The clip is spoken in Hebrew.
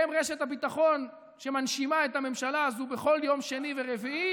והם רשת הביטחון שמנשימה את הממשלה הזו בכל יום שני ורביעי.